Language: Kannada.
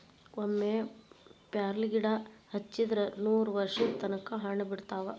ಒಮ್ಮೆ ಪ್ಯಾರ್ಲಗಿಡಾ ಹಚ್ಚಿದ್ರ ನೂರವರ್ಷದ ತನಕಾ ಹಣ್ಣ ಬಿಡತಾವ